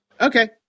Okay